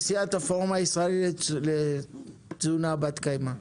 נשיאת הפורום הישראלי לתזונה בת קיימא.